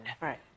right